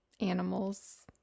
animals